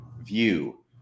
view